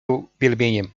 uwielbieniem